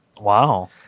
Wow